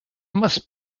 must